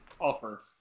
Offer